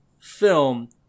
film